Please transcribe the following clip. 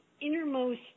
innermost